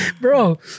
Bro